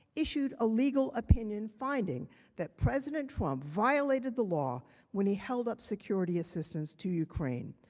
issued a legal opinion finding that president trump violated the law when he held up security assistance to ukraine.